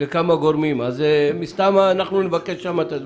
לכמה גורמים, אז מסתמא אנחנו נבקש שם את הדברים,